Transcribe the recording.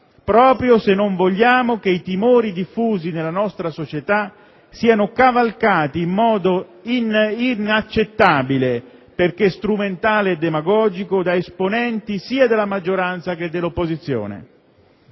se non vogliamo che i timori diffusi nella nostra società siano cavalcati in modo inaccettabile - perché strumentale e demagogico - da esponenti sia della maggioranza, sia dell'opposizione.